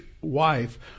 wife